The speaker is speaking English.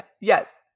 Yes